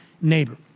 neighbor